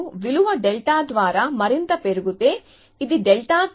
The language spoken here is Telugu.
మీరు విలువ డెల్టా ద్వారా మరింత పెరిగితే ఇది డెల్టా